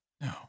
No